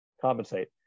compensate